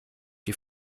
die